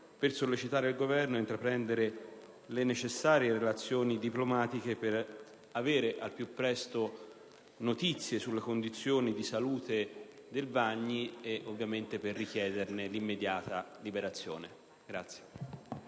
a sollecitare il Governo ad intraprendere le necessarie azioni diplomatiche per avere al più presto notizie sulle condizioni di salute di Eugenio Vagni e richiederne l'immediata liberazione.